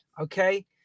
Okay